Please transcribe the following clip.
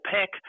pick